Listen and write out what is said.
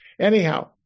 Anyhow